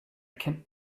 can